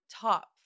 top